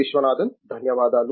విశ్వనాథన్ ధన్యవాదాలు